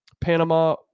Panama